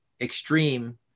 extreme